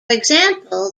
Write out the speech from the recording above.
example